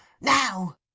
now